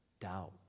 doubt